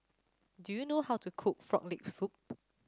do you know how to cook Frog Leg Soup